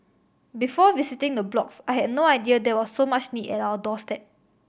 before visiting the blocks I had no idea there was so much need at our doorstep